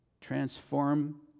transform